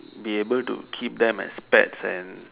be able to keep them as pets and